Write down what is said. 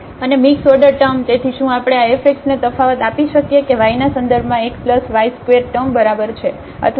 અને mixed order term તેથી શું આપણે આ fx ને તફાવત આપી શકીએ કે y ના સંદર્ભમાં x y ² ટર્મ બરાબર છે અથવા આપણે આ ટર્મ 2 x ઓછા 2 y અને x મેળવવા માટે આ સંદર્ભમાં તફાવત કરી શકીએ છીએ